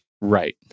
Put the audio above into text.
Right